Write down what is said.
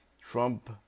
Trump